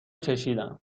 چشیدم